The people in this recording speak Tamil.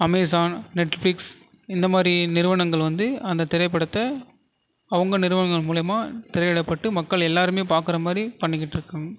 அமேசான் நெட்ஃப்ளிக்ஸ் இந்தமாதிரி நிறுவனங்கள் வந்து அந்த திரைப்படத்தை அவங்க நிறுவனங்கள் மூலியமாக திரையிடப்பட்டு மக்கள் எல்லாருமே பார்க்குற மாதிரி பண்ணிகிட்டுருக்காங்க